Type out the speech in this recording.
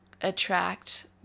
attract